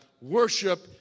Worship